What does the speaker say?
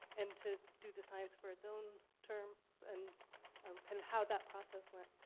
and to do the science for its own terms, and um kind of how that process went?